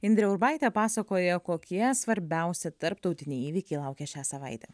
indrė urbaitė pasakoja kokie svarbiausi tarptautiniai įvykiai laukia šią savaitę